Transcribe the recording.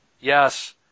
Yes